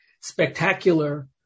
spectacular